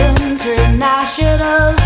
international